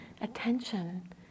attention